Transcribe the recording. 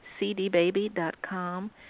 cdbaby.com